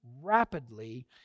rapidly